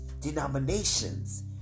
denominations